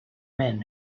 men